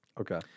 Okay